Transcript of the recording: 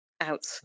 out